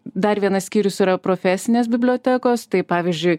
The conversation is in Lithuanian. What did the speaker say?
dar vienas skyrius yra profesinės bibliotekos tai pavyzdžiui